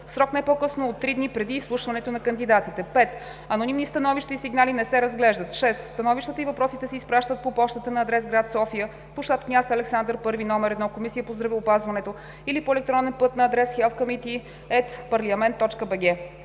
срок не по-късно от 3 дни преди изслушването на кандидатите. 5. Анонимни становища и сигнали не се разглеждат. 6. Становищата и въпросите се изпращат по пощата на адрес: гр. София, пл. „Княз Александър I“ № 1, Комисия по здравеопазването, или по електронен път на адрес: health_conimittee@parliament.bg.